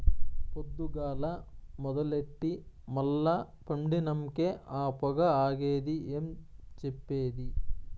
పొద్దుగాల మొదలెట్టి మల్ల పండినంకే ఆ పొగ ఆగేది ఏం చెప్పేది